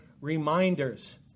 reminders